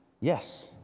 yes